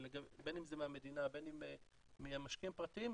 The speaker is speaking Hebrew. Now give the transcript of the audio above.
בין אם זה מהמדינה ובין אם ממשקיעים פרטיים,